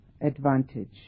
advantage